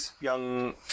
young